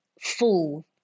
full